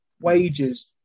wages